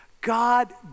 God